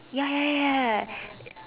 ya ya ya ya